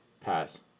Pass